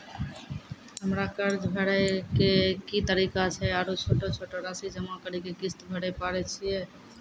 हमरा कर्ज भरे के की तरीका छै आरू छोटो छोटो रासि जमा करि के किस्त भरे पारे छियै?